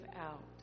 out